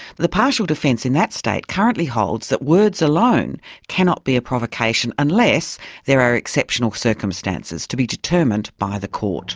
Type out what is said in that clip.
the partial defence in that state currently holds that words alone cannot be a provocation unless there are exceptional circumstances, to be determined by the court.